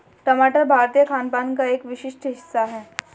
टमाटर भारतीय खानपान का एक विशिष्ट हिस्सा है